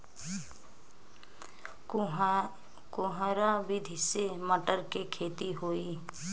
फुहरा विधि से मटर के खेती होई